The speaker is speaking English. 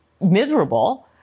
miserable